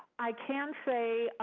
i can say,